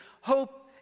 hope